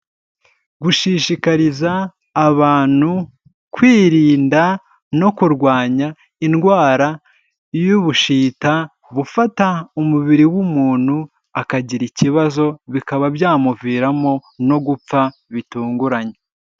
Gushishikariza abantu kwirinda no kurwanya indwara y'ubushita bufata umubiri w'umuntu, akagira ikibazo bikaba byamuviramo no gupfa bitunguranye.